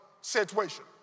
situation